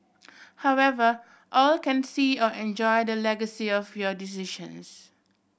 however all can see or enjoy the legacy of your decisions